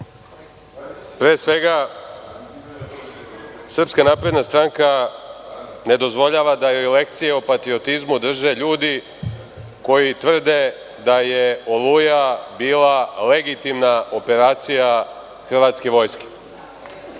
svega, SNS ne dozvoljava da joj lekcije o patriotizmu drže ljudi koji tvrde da je „Oluja“ bila legitimna operacija hrvatske vojske.